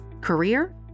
Career